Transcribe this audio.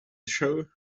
show